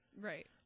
right